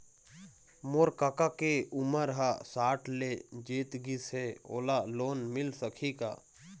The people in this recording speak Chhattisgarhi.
मोर कका के उमर ह साठ ले जीत गिस हे, ओला लोन मिल सकही का?